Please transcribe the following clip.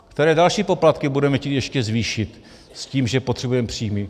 Které další poplatky budeme chtít ještě zvýšit s tím, že potřebujeme příjmy?